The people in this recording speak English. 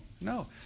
no